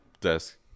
desk